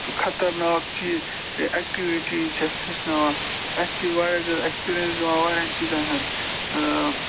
خطرناک چھِ اٮ۪کُریٹ چیٖز چھِ اَسہِ ہیٚچھناوان اَسہِ چھِ یہِ واریاہ زیادٕ اٮ۪کٕسپیٖرنَس دِوان واریاہَن چیٖزَن ہُنٛد